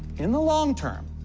in the long term,